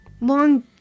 Long